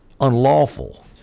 unlawful